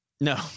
No